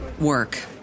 work